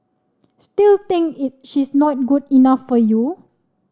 still think it she's not good enough for you